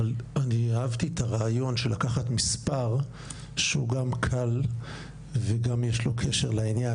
אבל אני אהבתי את הרעיון של לקחת מספר שהוא גם קל וגם יש לו קשר לעניין,